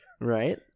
Right